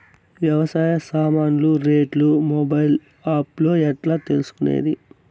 వ్యవసాయ సామాన్లు రేట్లు మొబైల్ ఆప్ లో ఎట్లా తెలుసుకునేది?